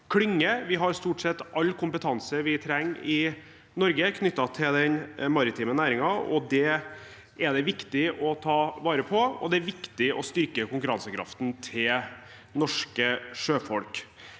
Vi har stort sett all kompetanse vi trenger i Norge knyttet til den maritime næringen. Det er det viktig å ta vare på, og det er viktig å styrke konkurransekraften til norske sjøfolk.